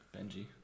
Benji